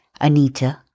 Anita